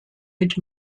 mit